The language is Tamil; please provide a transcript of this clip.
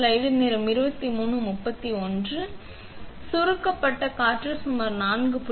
எனவே சுருக்கப்பட்ட காற்று சுமார் 4